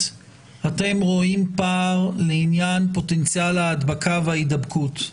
אתם רואים פער לעניין פוטנציאל ההדבקה וההידבקות.